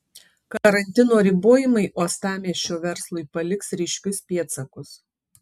karantino ribojimai uostamiesčio verslui paliks ryškius pėdsakus